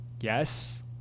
Yes